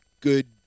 good